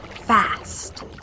fast